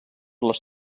les